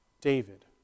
David